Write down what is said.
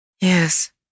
Yes